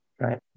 right